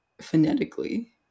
phonetically